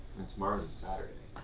tomorrow's a saturday.